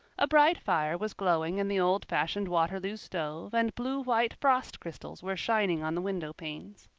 a bright fire was glowing in the old-fashioned waterloo stove and blue-white frost crystals were shining on the windowpanes.